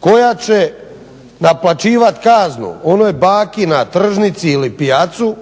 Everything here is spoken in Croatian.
koja će naplaćivati kaznu onoj baki na tržnici ili pijacu